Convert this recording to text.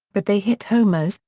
but they hit homers,